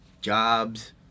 Jobs